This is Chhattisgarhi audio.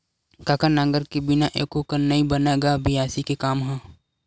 कका नांगर के बिना एको कन नइ बनय गा बियासी के काम ह?